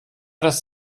das